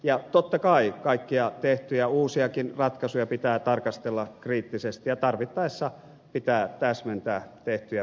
ja totta kai kaikkia tehtyjä uusiakin ratkaisuja pitää tarkastella kriittisesti ja tarvittaessa pitää täsmentää tehtyjä päätöksiä